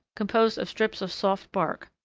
composed of strips of soft bark.